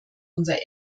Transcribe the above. unser